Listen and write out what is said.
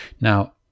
Now